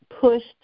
pushed